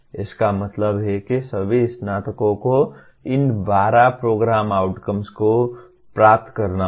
इसका मतलब है कि सभी स्नातकों को इन 12 प्रोग्राम आउटकम को प्राप्त करना होगा